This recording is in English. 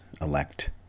elect